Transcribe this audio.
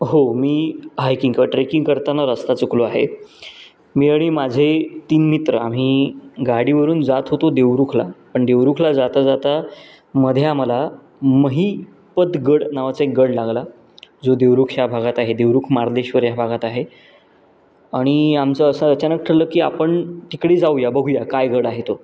हो मी हायकिंग किंवा ट्रेकिंग करताना रस्ता चुकलो आहे मी आणि माझे तीन मित्र आम्ही गाडीवरून जात होतो देवरुखला पण देवरुखला जाता जाता मध्ये आम्हाला महिमतगड नावाचा एक गड लागला जो देवरुख ह्या भागात आहे देवरुख मार्लेश्वर ह्या भागात आहे आणि आमचं असं अचनाक ठरलं की आपण तिकडे जाऊया बघूया काय गड आहे तो